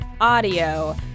audio